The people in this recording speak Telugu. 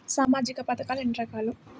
సామాజిక పథకాలు ఎన్ని రకాలు?